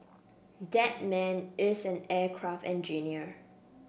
that man is an aircraft engineer